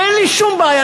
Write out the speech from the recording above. אין לי שום בעיה,